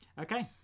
Okay